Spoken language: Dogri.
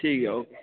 ठीक ऐ ओके